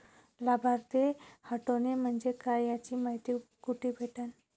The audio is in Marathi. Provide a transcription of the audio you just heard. लाभार्थी हटोने म्हंजे काय याची मायती कुठी भेटन?